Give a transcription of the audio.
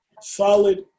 solid